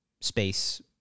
space